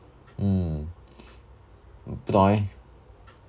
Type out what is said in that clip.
mm 不懂 leh